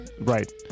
Right